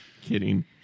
kidding